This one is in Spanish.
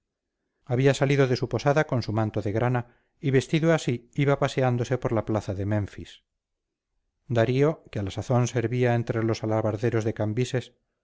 había salido de su posada con su manto de grana y vestido así iba paseándose por la plaza de menfis darío que a la sazón servía entre los alabarderos de cambises